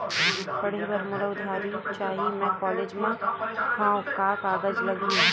पढ़े बर मोला उधारी चाही मैं कॉलेज मा हव, का कागज लगही?